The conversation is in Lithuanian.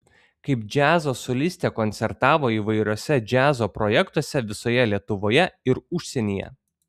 kaip džiazo solistė koncertavo įvairiuose džiazo projektuose visoje lietuvoje ir užsienyje